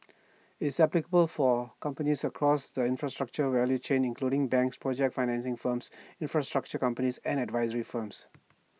it's applicable for companies across the infrastructure value chain including banks project financing firms infrastructure companies and advisory firms